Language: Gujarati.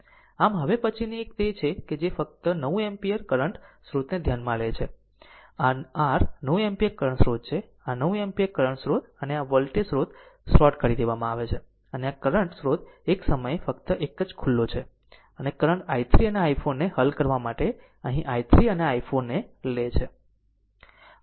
આમ હવે પછીની એક તે છે કે જે ફક્ત 9 એમ્પીયર કરંટ સ્રોતને ધ્યાનમાં લે છે આ r 9 એમ્પીયર કરંટ સ્રોત છે આ 9 એમ્પીયર કરંટ સ્રોત અને આ વોલ્ટેજ સ્ત્રોત શોર્ટ કરી દેવામાં આવે છે અને આ કરંટ સ્રોત એક સમયે ફક્ત એક જ ખુલ્લો છે અને કરંટ i3 અને i4 ને હલ કરવા માટે અહીં i3 અને i4 લે છે